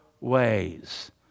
ways